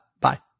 Bye